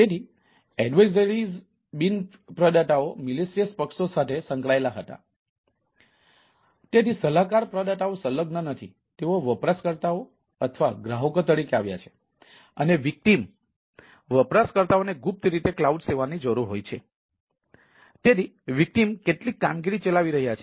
તેથી વિરોધીઓની જરૂર છે